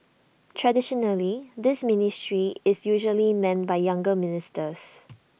traditionally this ministry is usually manned by younger ministers